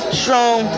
strong